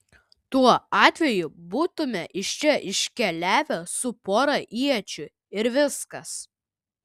tuo atveju būtumėme iš čia iškeliavę su pora iečių ir viskas